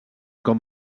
com